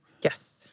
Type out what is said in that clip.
Yes